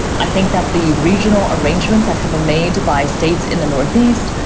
i think that the regional arrangements that have been made by states in the northeast,